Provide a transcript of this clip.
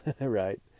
right